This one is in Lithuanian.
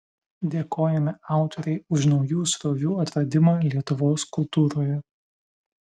dėkojame autorei už naujų srovių atradimą lietuvos kultūroje